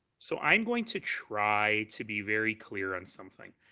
so i'm going to try to be very clear on something.